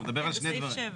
הוא מדבר על שני דברים.